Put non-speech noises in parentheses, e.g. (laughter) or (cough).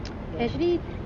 (noise) actually